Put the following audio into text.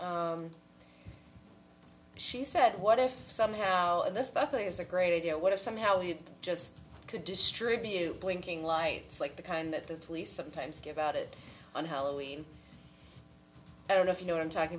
she said what if somehow this buckling is a great idea what if somehow he just could distribute blinking lights like the kind that the police sometimes give out it on halloween i don't know if you know what i'm talking